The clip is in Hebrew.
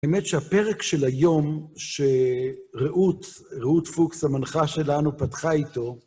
האמת שהפרק של היום שרעות פוקס, המנחה שלנו, פתחה איתו,